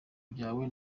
byawe